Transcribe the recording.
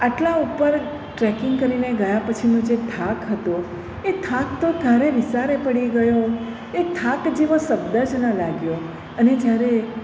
આટલા ઉપર ટ્રેકિંગ કરીને ગયા પછીનો જે થાક હતો એ થાક તો ક્યારે વિસારે પડી ગયો એ થાક જેવો શબ્દ જ ન લાગ્યો અને જ્યારે